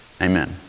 Amen